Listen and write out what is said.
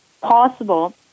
possible